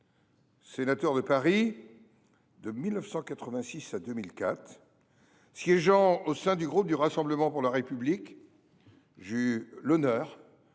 Sénateur de Paris de 1986 à 2004, il a siégé au sein du groupe du Rassemblement pour la République. J’eus l’honneur de